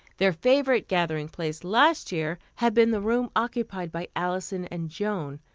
their favorite gathering place last year had been the room occupied by alison and joan,